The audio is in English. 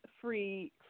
free